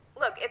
look